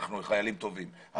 אנחנו חיילים טובים.